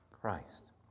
Christ